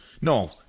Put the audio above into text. no